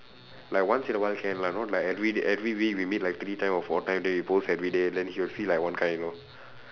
like once in a while can lah not like every day every week we meet like three time or four time then we post everyday then he will feel like one guy you know